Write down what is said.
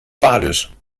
badisch